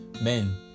men